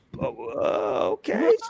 Okay